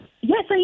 Yes